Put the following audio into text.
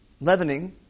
leavening